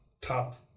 top